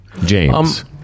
James